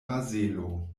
bazelo